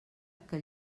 que